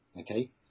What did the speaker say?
Okay